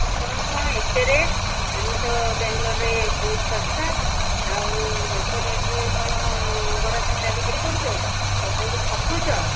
ଆପଣଙ୍କର କ'ଣ ଏତେ ରେଟ୍ ଆମେ ତ ବାଙ୍ଗଲୋର୍ରେ ବହୁତ ଶସ୍ତା ଆଉ ଏତେ ରେଟ୍ରେ କ'ଣ ବରା ସିଙ୍ଗଡ଼ା ବିକ୍ରି କରୁଛ ଲୋକଙ୍କୁ ଠକୁଛ